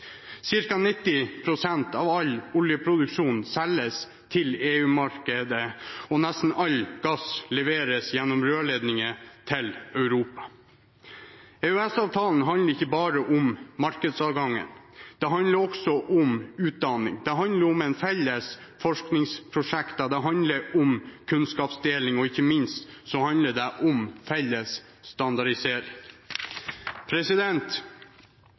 av all oljeproduksjon selges til EU-markedet, og nesten all gass leveres gjennom rørledninger til Europa. EØS-avtalen handler ikke bare om markedsadgang. Det handler også om utdanning, det handler om felles forskningsprosjekter, det handler om kunnskapsdeling, og ikke minst handler det om felles standardisering.